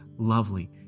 lovely